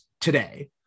today